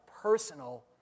personal